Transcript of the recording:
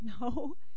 no